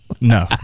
No